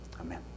Amen